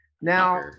Now